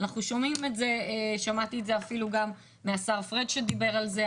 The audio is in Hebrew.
שמעתי את זה אפילו גם מהשר פריג' שדיבר על זה,